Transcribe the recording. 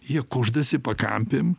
jie kuždasi pakampėm